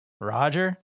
roger